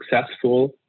successful